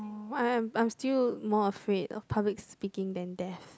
I'm I'm still more afraid of public speaking than death